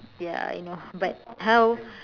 ya I know but how